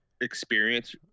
experience